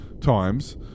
times